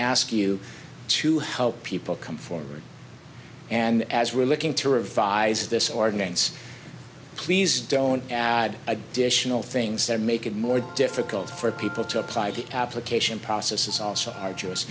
ask you to help people come forward and as we're looking to revise this ordinance please don't add additional things that make it more difficult for people to apply the application process is also arduous